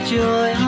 joy